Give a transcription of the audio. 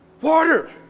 Water